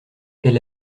elle